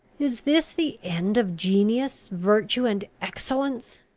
is this the end of genius, virtue, and excellence?